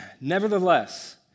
Nevertheless